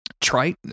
trite